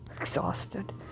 Exhausted